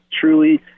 truly